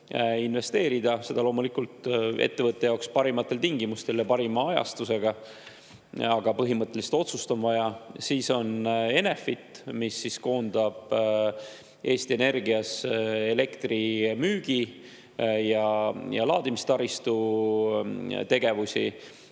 investeerida, seda loomulikult ettevõtte jaoks parimatel tingimustel ja parima ajastusega. Aga põhimõttelist otsust on vaja. Siis on Enefit, mis koondab Eesti Energia elektrimüügi ja laadimistaristu tegevusi.